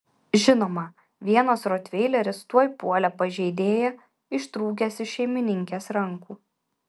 žinoma vienas rotveileris tuoj puolė pažeidėją ištrūkęs iš šeimininkės rankų